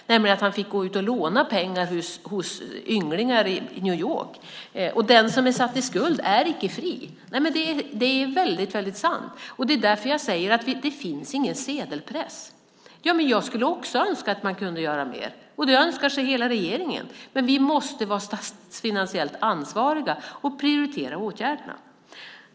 Han fick nämligen gå ut och låna pengar hos ynglingar i New York. Och den som är satt i skuld är icke fri. Nej, det är helt sant. Det är därför jag säger att det inte finns någon sedelpress. Jag skulle också önska att man kunde göra mer, och det önskar hela regeringen. Men vi måste vara statsfinansiellt ansvariga och prioritera åtgärderna.